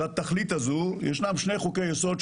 לתכלית הזאת יש שני חוקי יסוד,